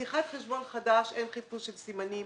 בפתיחת חשבון חדש אין חיפוש של סימנים.